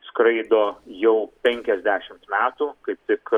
skraido jau penkiasdešimt metų kaip tik